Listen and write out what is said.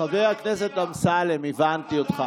חבר הכנסת אמסלם, הבנתי אותך.